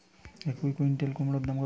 এক কুইন্টাল কুমোড় দাম কত?